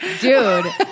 dude